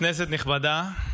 כנסת נכבדה,